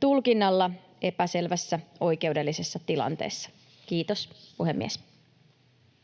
tulkinnalla epäselvässä oikeudellisessa tilanteessa. — Kiitos, puhemies.